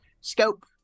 scope